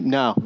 no